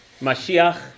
Mashiach